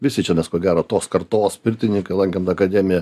visi čia mes ko gero tos kartos pirtininkai lankėm tą akademiją